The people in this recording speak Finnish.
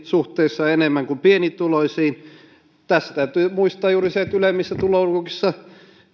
suhteessa enemmän kuin pienituloisiin tässä täytyy muistaa juuri se että ylemmissä tuloluokissa